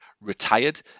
retired